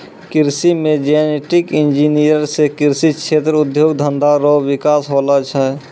कृषि मे genetic engineer से कृषि क्षेत्र उद्योग धंधा रो विकास होलो छै